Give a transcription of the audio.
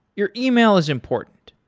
your email is important.